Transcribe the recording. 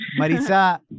Marisa